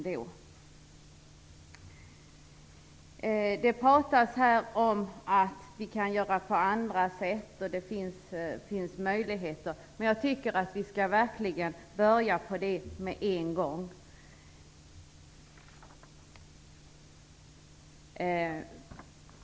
Det talas här om att vi kan agera på andra sätt och att det finns möjligheter. Jag tycker att vi verkligen skall ta itu med detta på en gång.